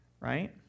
right